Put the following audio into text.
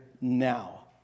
now